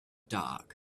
dark